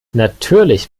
natürlich